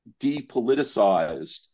depoliticized